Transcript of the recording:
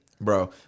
bro